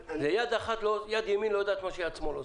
יד ימין לא יודעת מה עושה יד שמאל.